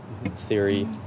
theory